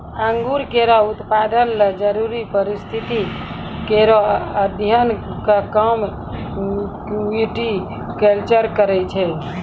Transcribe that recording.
अंगूर केरो उत्पादन ल जरूरी परिस्थिति केरो अध्ययन क काम विटिकलचर करै छै